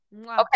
Okay